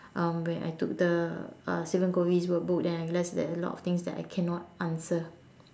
um where I took the uh Steven covey's workbook then I realize that a lot of things that I cannot answer